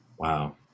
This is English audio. Wow